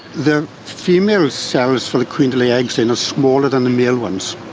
the female cells for the queen to lay eggs in are smaller than the male ones.